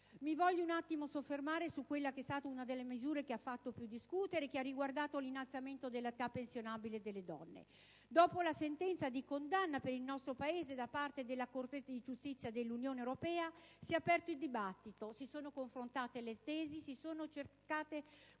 Mi voglio poi soffermare su una delle misure che ha fatto più discutere e che ha riguardato l'innalzamento dell'età pensionabile delle donne. Dopo la sentenze di condanna per il nostro Paese da parte della Corte di giustizia dell'Unione europea si è aperto il dibattito, si sono confrontate le tesi, si sono cercate